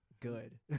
good